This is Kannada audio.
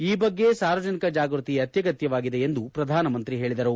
ಈ ಬಗ್ಗೆ ಸಾರ್ವಜನಿಕ ಜಾಗೃತಿ ಅತ್ಯಗತ್ಯವಾಗಿದೆ ಎಂದು ಪ್ರಧಾನಮಂತ್ರಿ ಹೇಳಿದರು